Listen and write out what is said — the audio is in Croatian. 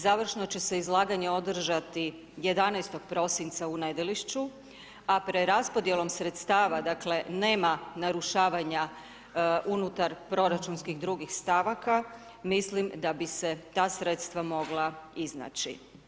Završno će se izlaganje održati 11. prosinca u Nedelišću, a preraspodjelom sredstava dakle, nema narušavanja unutar proračunskih drugih stavaka, mislim da bi se ta sredstva mogla iznaći.